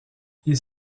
ils